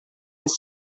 his